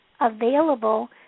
available